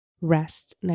rest